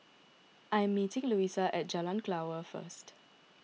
I am meeting Luisa at Jalan Kelawar first